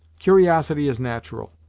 curiosity is natural,